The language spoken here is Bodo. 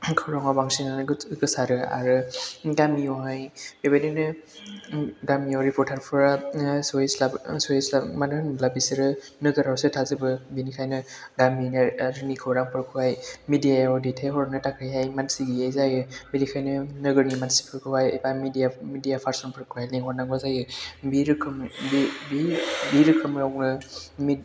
खौरांआव बांसिनानो गोसारो आरो गामियावहाय बेबायदिनो गामियाव रिपटार फोरा सहैस्लाबा मानो होनोब्ला बिसोरो नोगोरावसो थाजोबो बिनिखायनो गामिनि खौरांफोरखौहाय मिडिया याव दैथायहरनो थाखायहाय मानसि गैयै जायो बेनिखायनो नोगोरनि मानसिफोरखौहाय एबा मिडिया पारसन फोरखौहाय लेंहरनांगौ जायो बे रोखोमै बे रोखोमोमावनो